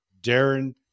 Darren